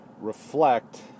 reflect